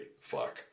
fuck